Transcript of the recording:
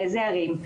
באיזה ערים,